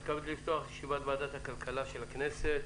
אני מתכבד לפתוח את ישיבת ועדת הכלכלה של הכנסת.